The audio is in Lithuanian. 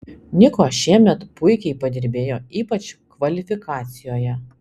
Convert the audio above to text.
niko šiemet puikiai padirbėjo ypač kvalifikacijoje